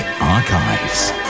Archives